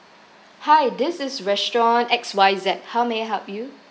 hi this is restaurant X Y Z how may I help you